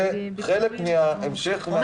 זה חלק מהמשך הרצף הלימודי.